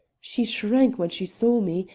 she shrank when she saw me,